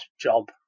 job